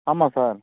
ஆமாம் சார்